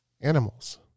animals